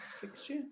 fixture